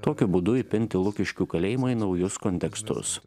tokiu būdu įpinti lukiškių kalėjimą į naujus kontekstus